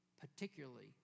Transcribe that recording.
particularly